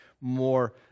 more